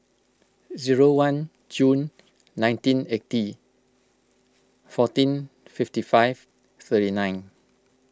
zero one Jun nineteen eighty fourteen fifty five thirty nine